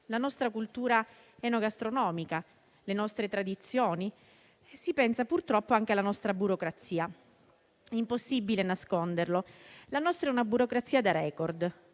la nostra cultura enogastronomica e le nostre tradizioni, si pensa purtroppo anche alla nostra burocrazia. Impossibile nasconderlo: la nostra è una burocrazia da *record*.